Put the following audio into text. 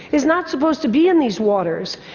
is not supposed to be in these waters.